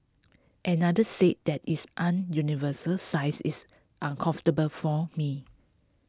another said that its an universal size is uncomfortable for me